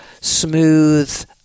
smooth